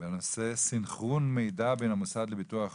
בנושא סנכרון מידע בין המוסד לביטוח לאומי,